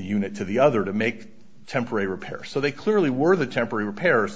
unit to the other to make temporary repairs so they clearly were the temporary repairs